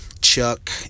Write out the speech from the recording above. Chuck